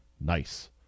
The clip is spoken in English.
nice